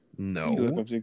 no